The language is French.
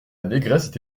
négresse